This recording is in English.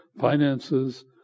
finances